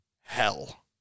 hell